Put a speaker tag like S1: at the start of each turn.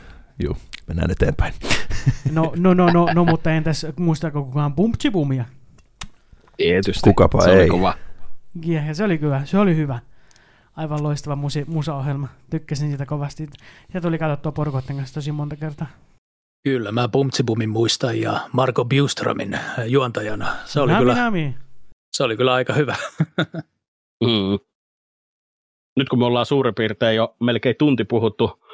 S1: Juu, mennään eteenpäin.
S2: No, no, no, no, no, mutta entäs muistaako kukaan Bumtsibumia?
S3: Tietysti.
S1: Kukapa
S3: Se oli
S1: ei.
S3: kova.
S2: Jehe, ja se oli kyllä, se oli hyvä. Aivan loistava musi- musaohjelma. Tykkäsin siitä kovasti. Ja tuli katsottua porukotten kanssa tosi monta kertaa.
S4: Kyllä, mä Bumtsibumin muistan ja Marco Bjurströmin, äh, juontajana. Se oli
S2: Nami,
S4: kyllä-
S2: nami.
S4: se oli kyllä aika hyvä.
S3: Mm. Nyt kun me ollaan suurin piirtein jo melkein tunti puhuttu